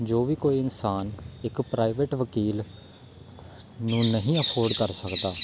ਜੋ ਵੀ ਕੋਈ ਇਨਸਾਨ ਇੱਕ ਪ੍ਰਾਈਵੇਟ ਵਕੀਲ ਨੂੰ ਨਹੀਂ ਅਫੋਰਡ ਕਰ ਸਕਦਾ